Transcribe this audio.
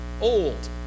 old